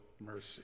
mercy